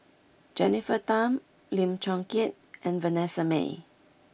Jennifer Tham Lim Chong Keat and Vanessa Mae